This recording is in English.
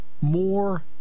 more